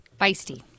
Feisty